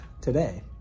today